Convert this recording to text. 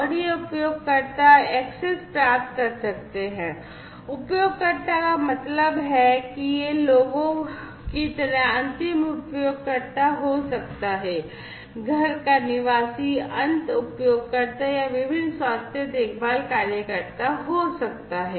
और ये उपयोगकर्ता एक्सेस प्राप्त कर सकते हैं उपयोगकर्ता का मतलब है कि यह लोगों की तरह अंतिम उपयोगकर्ता हो सकता है घर के निवासी अंत उपयोगकर्ता या यह विभिन्न स्वास्थ्य देखभाल कार्यकर्ता हो सकते है